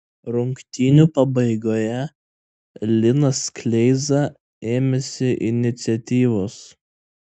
rungtynių pabaigoje linas kleiza ėmėsi iniciatyvos